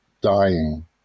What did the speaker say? dying